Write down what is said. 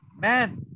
Man